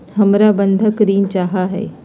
हमरा बंधक ऋण चाहा हई